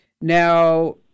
Now